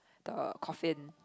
the coffin